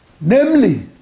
namely